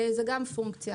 וזו גם פונקציה.